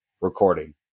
recording